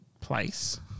place